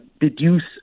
deduce